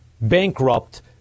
bankrupt